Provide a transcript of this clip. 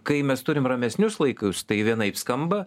kai mes turim ramesnius laikus tai vienaip skamba